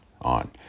on